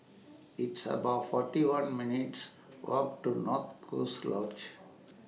It's about forty one minutes' Walk to North Coast Lodge